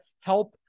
help